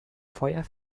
feuer